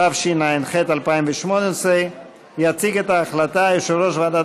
התשע"ח 2018. יציג את ההחלטה יושב-ראש ועדת